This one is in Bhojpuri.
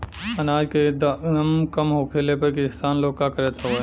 अनाज क दाम कम होखले पर किसान लोग का करत हवे?